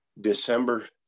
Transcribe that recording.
December